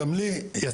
גם לי יצא,